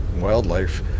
wildlife